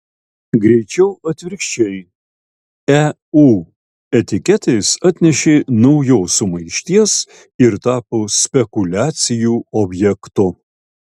greičiau atvirkščiai eu etiketės atnešė naujos sumaišties ir tapo spekuliacijų objektu